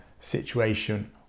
situation